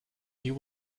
you